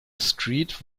street